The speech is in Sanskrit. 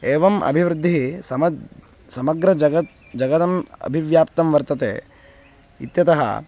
एवम् अभिवृद्धिः समग्रे समग्रजति जगति अभिव्याप्ता वर्तते इत्यतः